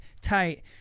tight